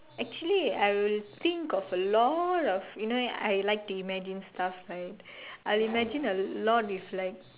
actually I will think of a lot of you know I like to imagine stuff right I'll imagine a lot if like